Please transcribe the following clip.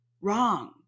Wrong